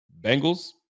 Bengals